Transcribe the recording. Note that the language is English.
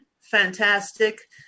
fantastic